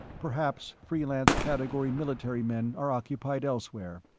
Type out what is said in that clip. perhaps freelance category military men are occupied elsewhere.